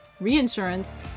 reinsurance